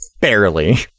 Barely